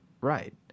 right